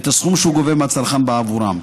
ואת הסכום שהוא גובה מהצרכן בעבורם.